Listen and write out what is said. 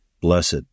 blessed